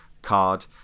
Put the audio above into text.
card